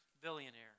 billionaire